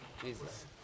Jesus